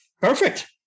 Perfect